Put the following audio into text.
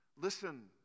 listen